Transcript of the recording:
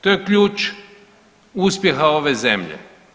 To je ključ uspjeha ove zemlje.